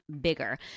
bigger